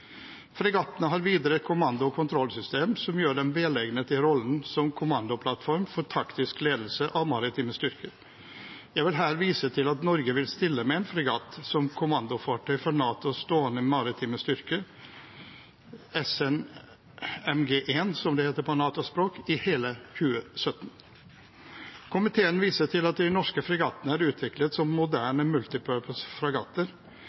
Fregattene har videre et kommando- og kontrollsystem som gjør dem velegnet i rollen som kommandoplattform for taktisk ledelse av maritime styrker. Jeg vil her vise til at Norge vil stille med en fregatt som kommandofartøy for NATOs stående maritime styrke, SNMG1, som det heter på NATO-språk, i hele 2017. Komiteen viser til at de norske fregattene er utviklet som